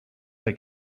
they